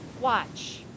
watch